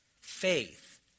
faith